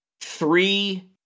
three